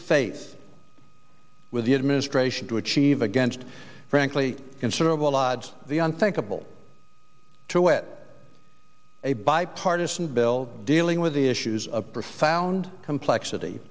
faith with the administration to achieve against frankly considerable odds the unthinkable to it a bipartisan bill dealing with the issues of profound complexity